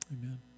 Amen